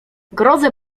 grozę